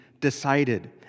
decided